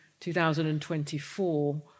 2024